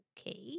Okay